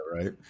right